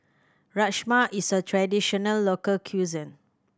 rajma is a traditional local cuisine